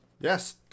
yes